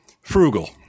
frugal